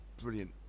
brilliant